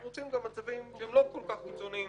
אנחנו רוצים גם מצבים שהם לא כך קיצוניים,